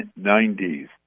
1990s